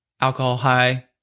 alcohol-high